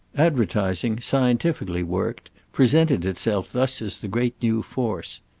advertising scientifically worked presented itself thus as the great new force.